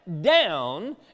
down